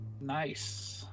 Nice